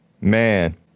Man